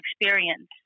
experience